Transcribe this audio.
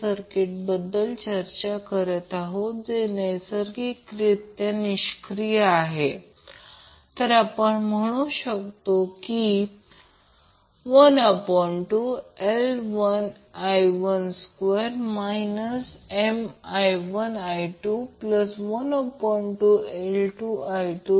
circuit l 12 C ZC2 वर resonate करेल माझ्या सांगण्याचा अर्थ आहे की जर ZC4 4 RL 2 XC 2 असेल तर म्हणजे ही संज्ञा 0 असेल याचा अर्थ L हे 12CXC2 असेल